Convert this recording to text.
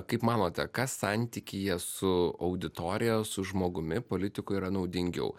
kaip manote kas santykyje su auditorija su žmogumi politikui yra naudingiau